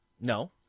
No